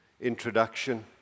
introduction